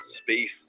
space